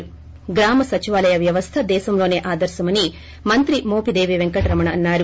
ి గ్రామ సచివాలయ వ్యవస్ద దేశంలోసే ఆదర్శమని మంత్రి మోపిదేవి పెంకటరమణ అన్నారు